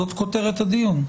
זאת כותרת הדיון.